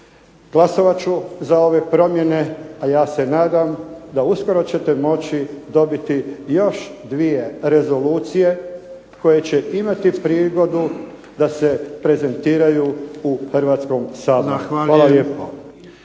glasovat ću za ove promjene, a ja se nadam da uskoro ćete moći dobiti još dvije rezolucije koje će imati prigodu da se prezentiraju u Hrvatskom saboru. Hvala lijepo.